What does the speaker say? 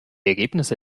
ergebnisse